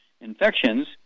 infections